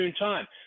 time